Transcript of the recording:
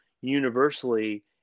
universally